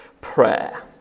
prayer